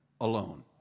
alone